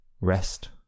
rest